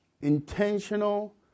intentional